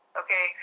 okay